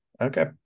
Okay